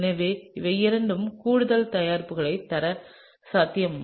எனவே இவை இரண்டு கூடுதல் தயாரிப்புகளை தர சாத்தியம்